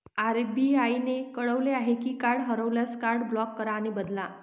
RBI ने कळवले आहे की कार्ड हरवल्यास, कार्ड ब्लॉक करा आणि बदला